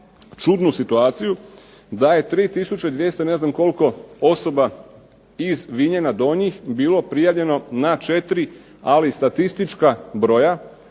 čudnu situaciju, da je 3200 i ne znam koliko osoba iz Vinjana Donjih bilo prijavljeno na 4 ali statistička broja